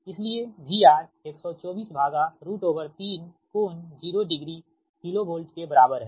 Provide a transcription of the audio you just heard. इसलिए VR 1243 कोण 0 degree KV के बराबर है